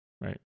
right